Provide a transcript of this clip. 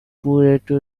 puerto